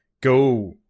go